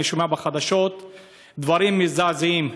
אני שומע בחדשות דברים מזעזעים,